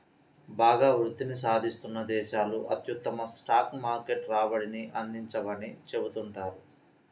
బాగా వృద్ధిని సాధిస్తున్న దేశాలు అత్యుత్తమ స్టాక్ మార్కెట్ రాబడిని అందించవని చెబుతుంటారు